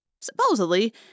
Supposedly